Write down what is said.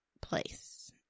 place